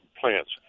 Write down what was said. plants